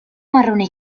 marrone